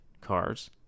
cars